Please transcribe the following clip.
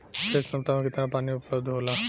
क्षेत्र क्षमता में केतना पानी उपलब्ध होला?